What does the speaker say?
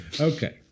Okay